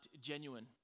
genuine